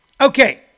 Okay